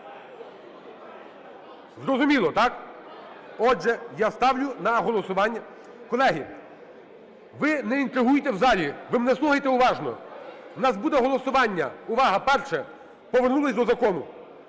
Зрозуміло, так? Отже, я ставлю на голосування… Колеги, ви не інтригуйте в залі, ви мене слухайте уважно, в нас буде голосування. Увага! Перше – повернулись до закону.